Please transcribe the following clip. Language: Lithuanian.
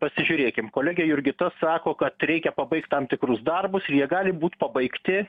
pasižiūrėkim kolegė jurgita sako kad reikia pabaigt tam tikrus darbus jie gali būt pabaigti